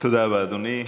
תודה רבה, אדוני.